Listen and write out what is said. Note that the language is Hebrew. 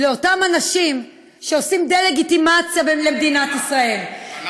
לאותם אנשים שעושים דה-לגיטימציה למדינת ישראל,